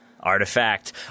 Artifact